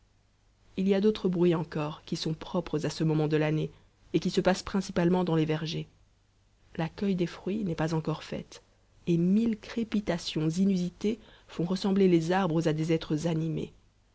il y a d'autres bruits encore qui sont propres à ce moment de l'année et qui se passent principalement dans les vergers la cueille des fruits n'est pas encore faite et mille crépitations inusitées font ressembler les arbres à des êtres animés